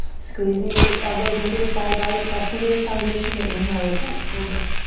squeeze the elbows into the side body. press into your foundation to inhale, lift up, cobra.